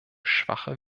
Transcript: schwache